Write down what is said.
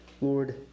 Lord